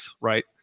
Right